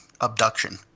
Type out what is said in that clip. abduction